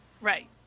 right